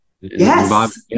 Yes